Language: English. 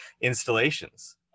installations